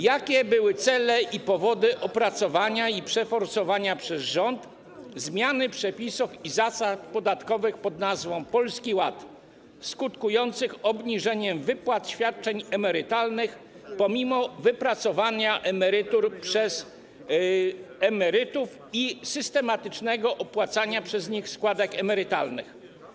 Jakie były cele i powody opracowania i przeforsowania przez rząd zmiany przepisów i zasad podatkowych pn. Polski Ład, skutkujących obniżeniem wypłat świadczeń emerytalnych pomimo wypracowania emerytur przez emerytów i systematycznego opłacania przez nich składek emerytalnych?